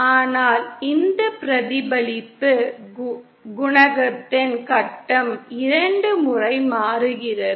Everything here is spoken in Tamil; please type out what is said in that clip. ஆனால் இந்த பிரதிபலிப்பு குணகத்தின் கட்டம் இரண்டு முறை மாறுகிறது